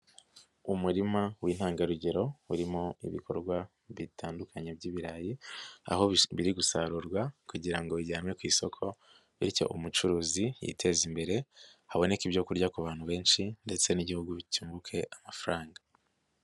Umurima w'intangarugero urimo ibikorwa bitandukanye by'ibirayi, aho biri gusarurwa kugira ngo bijyanwe ku isoko bityo umucuruzi yiteza imbere haboneke ibyo kurya ku bantu benshi ndetse n'igihugu bikemuke amafaranga.